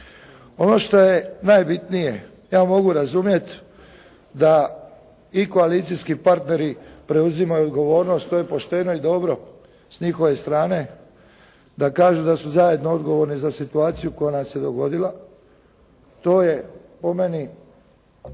Ono što je najbitnije, ja mogu razumjeti da i koalicijski partneri preuzimaju odgovornost, to je pošteno i dobro s njihove strane da kažu da su zajedno odgovorni za situaciju koja nam se dogodila. To je po meni